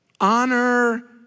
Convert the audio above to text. Honor